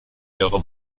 ihrer